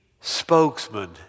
spokesman